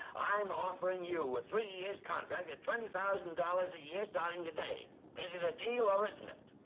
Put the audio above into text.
i'm offering you a three years contract at twenty thousand dollars a year starting today. is it a deal or isn't it?